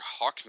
Hawkman